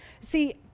See